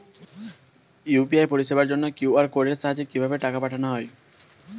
UPI পরিষেবার জন্য QR কোডের সাহায্যে কিভাবে টাকা পাঠানো হয়?